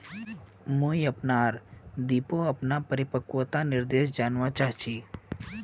मुई अपना आर.डी पोर अपना परिपक्वता निर्देश जानवा चहची